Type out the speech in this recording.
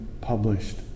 published